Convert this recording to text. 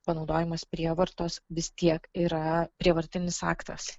panaudojimas prievartos vis tiek yra prievartinis aktas